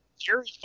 Jerry